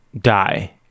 die